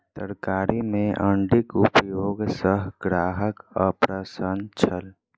तरकारी में अण्डीक उपयोग सॅ ग्राहक अप्रसन्न छल